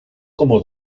como